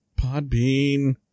Podbean